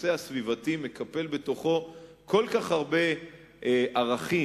הנושא הסביבתי מקפל בתוכו כל כך הרבה ערכים.